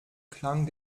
klang